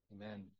Amen